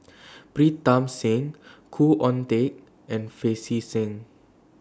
Pritam Singh Khoo Oon Teik and Pancy Seng